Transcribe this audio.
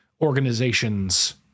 organizations